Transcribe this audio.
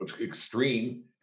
extreme